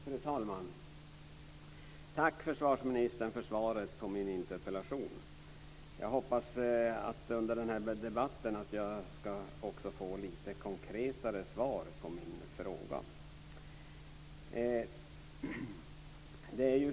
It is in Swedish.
Fru talman! Tack försvarsministern för svaret på min interpellation. Jag hoppas att jag under denna debatt också ska få lite mer konkreta svar på min interpellation.